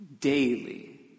Daily